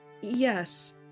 Yes